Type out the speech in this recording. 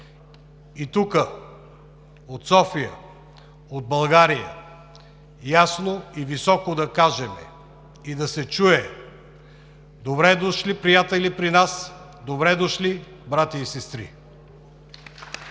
Тук, от София, от България ясно и високо да кажем и да се чуе: добре дошли, приятели, при нас, добре дошли, братя и сестри!